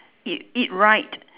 eat eat right